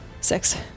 Six